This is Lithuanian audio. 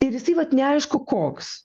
ir jisai vat neaišku koks